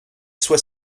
soit